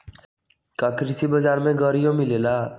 का कृषि बजार में गड़ियो मिलेला?